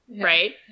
Right